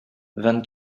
vingt